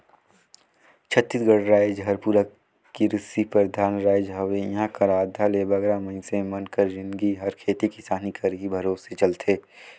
छत्तीसगढ़ राएज हर पूरा किरसी परधान राएज हवे इहां कर आधा ले बगरा मइनसे मन कर जिनगी हर खेती किसानी कर ही भरोसे चलथे